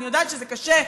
אני יודעת שזה קשה,